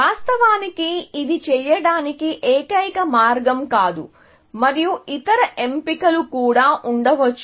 వాస్తవానికి ఇది చేయటానికి ఏకైక మార్గం కాదు మరియు ఇతర ఎంపికలు కూడా ఉండవచ్చు